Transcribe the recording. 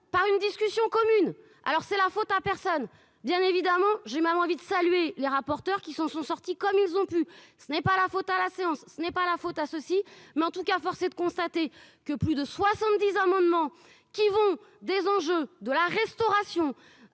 par une discussion commune alors c'est la faute à personne, bien évidemment, j'ai même envie de saluer les rapporteurs, qui sont sont sortis comme ils ont pu, ce n'est pas la faute à la séance, ce n'est pas la faute à ceci, mais en tout cas, force est de constater que plus de 70 amendements qui vont des enjeux de la restauration